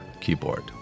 keyboard